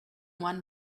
one